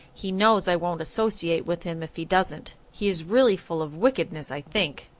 he knows i won't associate with him if he doesn't. he is really full of wickedness, i think.